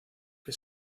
que